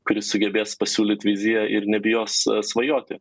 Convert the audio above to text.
kuris sugebės pasiūlyt viziją ir nebijos svajoti